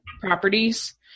properties